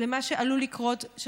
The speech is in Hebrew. ממה שעלול לקרות,